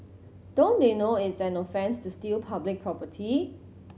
don't they know it's an offence to steal public property